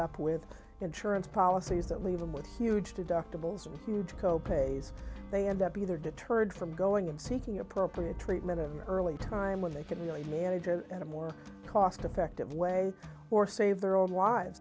up with insurance policies that leave them with huge deductibles or huge co pays they end up either deterred from going and seeking appropriate treatment of early time when they can really manage it at a more cost effective way or save their own lives